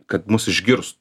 kad mus išgirst